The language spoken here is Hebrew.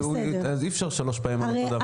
אי אפשר שלוש פעמים על אותו דבר.